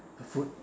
the food